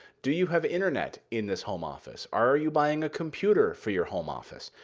do you have internet in this home office? are you buying a computer for your home office,